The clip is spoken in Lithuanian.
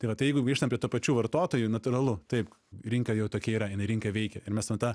tai va tai jeigu grįžtam prie tų pačių vartotojų natūralu taip rinka jau tokia yra jinai rinka veikia ir mes na ta